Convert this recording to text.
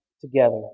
together